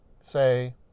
Say